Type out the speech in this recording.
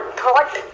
thought